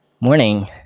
Morning